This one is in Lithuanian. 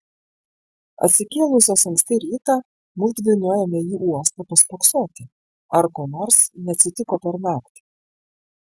atsikėlusios anksti rytą mudvi nuėjome į uostą paspoksoti ar ko nors neatsitiko per naktį